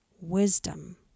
Wisdom